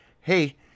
hey